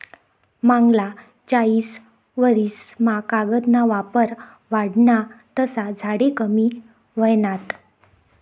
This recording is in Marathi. मांगला चायीस वरीस मा कागद ना वापर वाढना तसा झाडे कमी व्हयनात